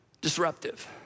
disruptive